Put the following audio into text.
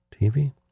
TV